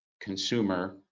consumer